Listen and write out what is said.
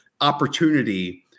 opportunity